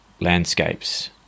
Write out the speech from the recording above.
landscapes